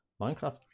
Minecraft